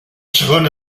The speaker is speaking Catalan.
segon